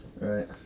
Right